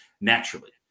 naturally